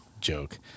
joke